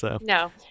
No